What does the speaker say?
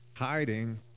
hiding